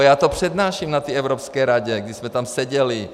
Já to přednáším na té Evropské radě, když jsme tam seděli.